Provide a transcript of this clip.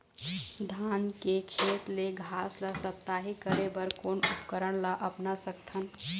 धान के खेत ले घास ला साप्ताहिक करे बर कोन उपकरण ला अपना सकथन?